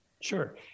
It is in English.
Sure